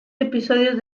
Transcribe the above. episodios